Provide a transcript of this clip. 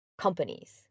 companies